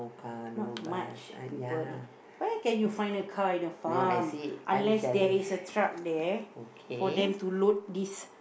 not much people not much people where can you find a car in the farm unless there's a truck there for them to load this